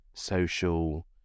social